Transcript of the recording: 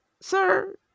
sir